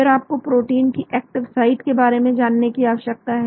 फिर आपको प्रोटीन की एक्टिव साइट के बारे में जानने की आवश्यकता है